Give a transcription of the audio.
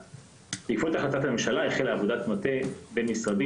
בעקבות החלטת הממשלה החלה עבודת מטה בין-משרדית